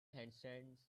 handstand